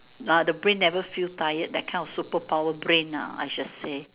ah the brain never feel tired that kind of superpower brain ah I should say